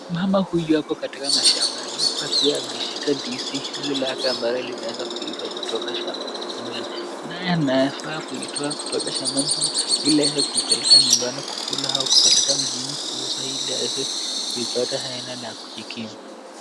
Mama huyu ako katika mashambani, huku akiwa ameshika ndizi hili lake ambalo linaeza kuiva kutoka shamba. Naye anafaa kuitoa kutoka shambani ili aweze kupeleka nyumbani kukula au kupeleka mjini kuuzwa ili aweze kuipata hela la kujikimu.